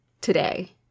today